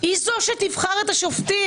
היא זו שתבחר את השופטים,